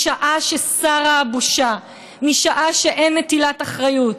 משעה שסרה הבושה, משעה שאין נטילת אחריות,